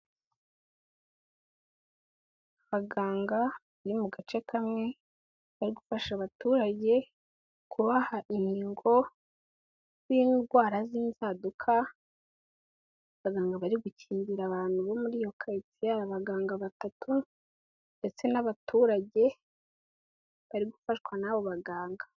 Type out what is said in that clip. Abaganga bari mu gace kamwe, bari gufasha abaturage kubaha inkingo z'indwara z'inzaduka, abaganga bari gukingira abantu bo muri iyo karitsiye, abaganga batatu ndetse n'abaturage bari gufashwa n'abo baganga.